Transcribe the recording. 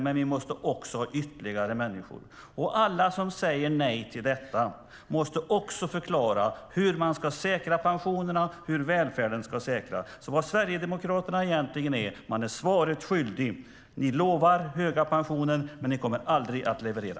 Men vi måste också ha ytterligare människor. Alla som säger nej till detta måste också förklara hur man ska säkra pensionerna och hur välfärden ska säkras. Sverigedemokraterna är svaret skyldig. Ni lovar höga pensioner, men ni kommer aldrig att leverera.